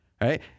Right